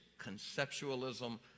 conceptualism